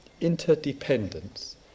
interdependence